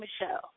Michelle